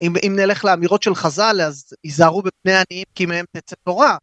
אם נלך לאמירות של חז״ל אז היזהרו בפני עניים כי מהם תצא תורה